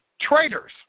traitors